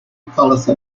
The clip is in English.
palace